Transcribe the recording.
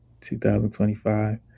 2025